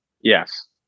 Yes